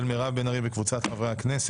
של חברת הכנסת מירב בן ארי וקבוצת חברי כנסת.